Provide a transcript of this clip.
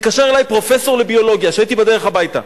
התקשר אלי פרופסור לביולוגיה כשהייתי בדרך הביתה,